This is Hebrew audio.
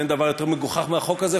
ואין דבר יותר מגוחך מהחוק הזה,